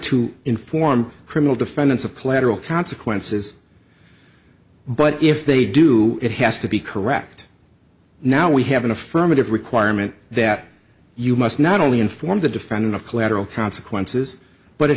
to inform criminal defendants of collateral consequences but if they do it has to be correct now we have an affirmative requirement that you must not only inform the defendant of collateral consequences but it